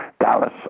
Dallas